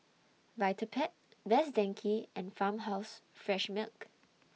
Vitapet Best Denki and Farmhouse Fresh Milk